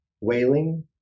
wailing